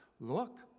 Look